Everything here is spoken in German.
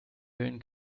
willen